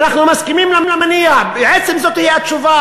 אנחנו מסכימים למניע, בעצם זו תהיה התשובה,